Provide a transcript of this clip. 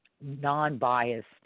non-biased